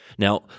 Now